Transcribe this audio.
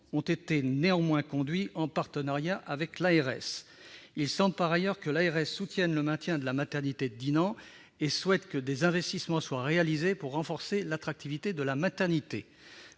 ont été conduits en partenariat avec l'ARS. Il semble par ailleurs que l'ARS soutienne le maintien de la maternité de Dinan et qu'elle souhaite que des investissements soient réalisés pour renforcer l'attractivité de la maternité.